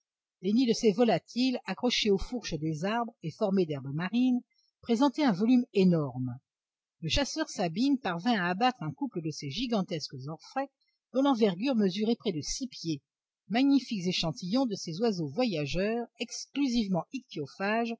les nids de ces volatiles accrochés aux fourches des arbres et formés d'herbes marines présentaient un volume énorme le chasseur sabine parvint à abattre une couple de ces gigantesques orfraies dont l'envergure mesurait près de six pieds magnifiques échantillons de ces oiseaux voyageurs exclusivement ichtyophages